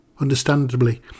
Understandably